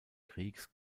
kriegs